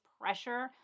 pressure